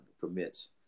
permits